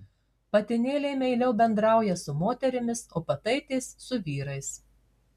patinėliai meiliau bendrauja su moterimis o pataitės su vyrais